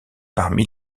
parmi